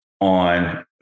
on